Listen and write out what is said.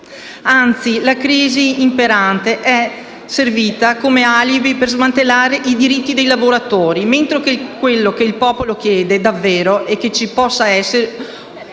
Anzi, la crisi imperante è servita come alibi per smantellare i diritti dei lavoratori, mentre quello che il popolo chiede davvero è che ci possano essere